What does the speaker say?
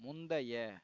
முந்தைய